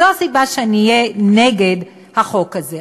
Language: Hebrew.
זו הסיבה שאני אהיה נגד החוק הזה.